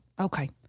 Okay